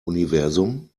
universum